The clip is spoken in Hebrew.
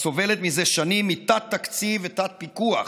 הסובלת זה שנים מתת-תקציב ותת-פיקוח,